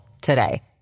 today